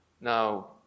Now